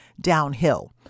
downhill